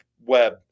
web